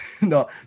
No